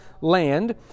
land